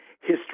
history